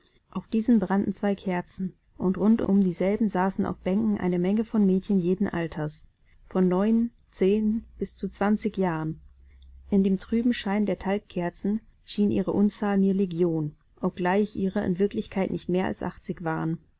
auf diesen brannten zwei kerzen und rund um dieselben saßen auf bänken eine menge von mädchen jeden alters von neun zehn bis zu zwanzig jahren in dem trüben schein der talgkerzen schien ihre anzahl mir legion obgleich ihrer in wirklichkeit nicht mehr als achtzig waren